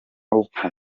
urupfu